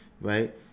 right